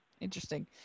interesting